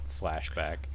flashback